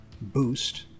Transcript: boost